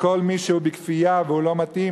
שכל מי שהוא בכפייה והוא לא מתאים,